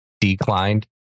declined